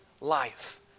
life